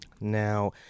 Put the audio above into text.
Now